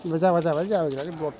जाबा जाबाय जायाबा जाया ब्लथ